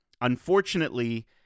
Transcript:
unfortunately